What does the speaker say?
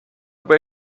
where